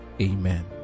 Amen